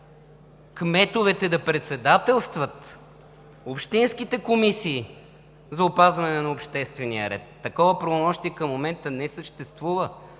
кметовете да председателстват общинските комисии за опазване на обществения ред. Такова правомощие към момента не съществува